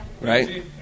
right